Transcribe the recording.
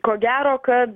ko gero kad